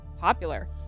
popular